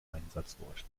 einsatzort